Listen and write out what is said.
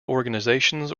organizations